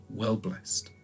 well-blessed